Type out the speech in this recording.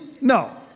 No